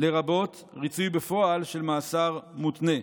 לרבות ריצוי בפועל של מאסר מותנה,